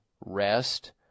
rest